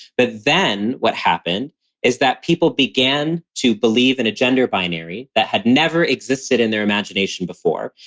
but then what happened is that people began to believe in a gender binary that had never existed in their imagination before.